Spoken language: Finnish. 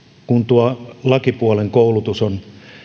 tuo lakipuolen koulutus on